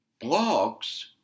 Blogs